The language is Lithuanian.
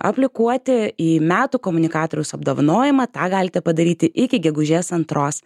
aplikuoti į metų komunikatoriaus apdovanojimą tą galite padaryti iki gegužės antros